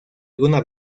alguna